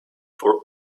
for